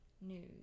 News